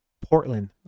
Portland